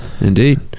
Indeed